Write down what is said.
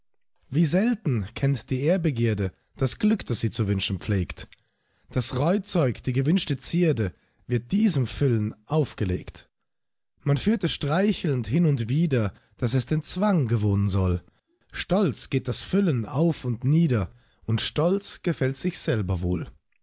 wie selten kennt die ehrbegierde das glück das sie zu wünschen pflegt das reutzeug die gewünschte zierde wird diesem füllen aufgelegt man führt es streichelnd hin und wider daß es den zwang gewohnen soll stolz geht das füllen auf und nieder und stolz gefällt sichs selber wohl